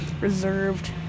reserved